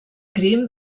crim